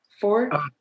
four